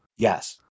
Yes